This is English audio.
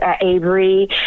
Avery